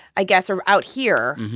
i guess, or out here.